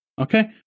Okay